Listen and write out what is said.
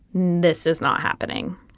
this is not happening.